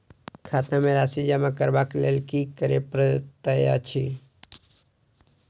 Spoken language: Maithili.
खाता मे राशि जमा करबाक लेल की करै पड़तै अछि?